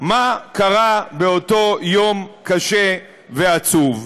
מה קרה באותו יום קשה ועצוב.